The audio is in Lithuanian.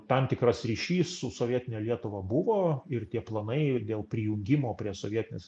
tam tikras ryšys su sovietine lietuva buvo ir tie planai dėl prijungimo prie sovietinės